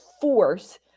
force